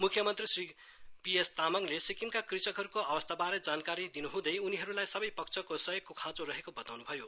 मुख्यमन्त्री श्र गोलेले सिक्किम कृषकहरूको अवसरबारे जानकारी दिनुहुँदै उनीहरूलाई सबै पक्षको सहयोगको खाँचो रहेको बताउनु भयो